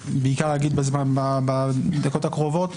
שאומר בדקות הקרובות,